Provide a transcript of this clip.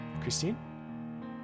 Christine